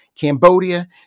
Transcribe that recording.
Cambodia